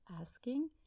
asking